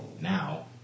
Now